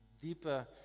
deeper